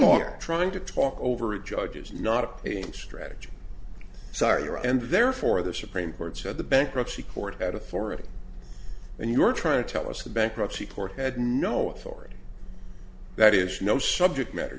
more trying to talk over a judge is not a strategy sorry her and therefore the supreme court said the bankruptcy court that authority and you're trying to tell us the bankruptcy court had no authority that is no subject matter